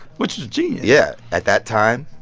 which was genius yeah. at that time.